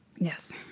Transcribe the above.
Yes